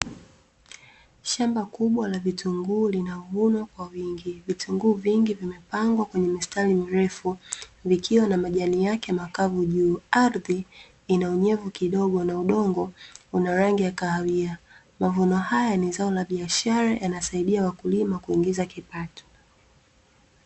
Shamba kubwa la vitunguu linavunwa kwa wingi, vitunguu vingi vimepandwa kwenye mistari mirefu vikiwa na majani yake makavu juu, ardhi ina unyevu kidogo na udongo una rangi ya kahawia, mavuno haya ni zao la biashara yanasaidia wakulima kuingiza kipato.